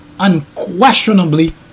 unquestionably